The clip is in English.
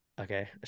Okay